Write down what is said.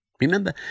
Remember